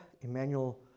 Emmanuel